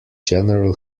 general